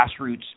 grassroots